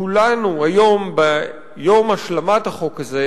כולנו היום, ביום השלמת החוק הזה,